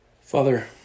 Father